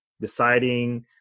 deciding